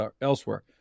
elsewhere